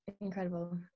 incredible